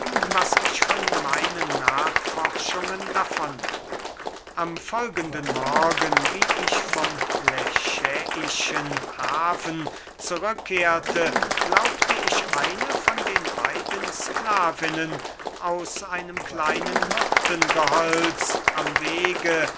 was ich von meinen nachforschungen davon trug am folgenden morgen wie ich vom lechäischen hafen zurück kehrte glaubte ich eine von den beiden sklavinnen aus einem kleinen myrtengehölz am wege